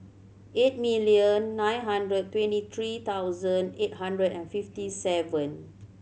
eight million nine hundred twenty three thousand eight hundred and fifty seven